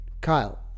Kyle